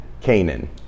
Canaan